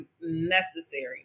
necessary